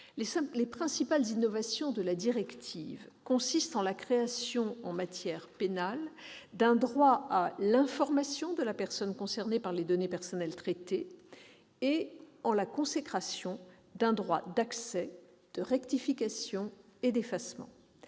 Les principales innovations de la directive consistent en la création, en matière pénale, d'un droit à l'information de la personne concernée par les données personnelles traitées et en la consécration d'un droit d'accès, de rectification et d'effacement.